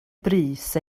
brys